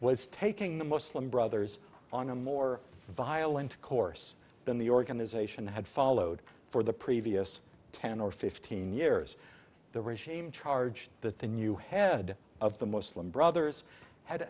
was taking the muslim brothers on a more violent course than the organisation had followed for the previous ten or fifteen years the regime charged that the new head of the muslim brothers had